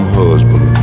husband